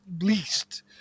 least